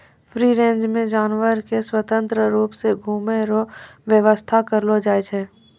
free range मे जानवर के स्वतंत्र रुप से घुमै रो व्याबस्था करलो जाय छै